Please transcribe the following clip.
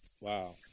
Wow